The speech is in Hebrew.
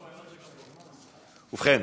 ובכן,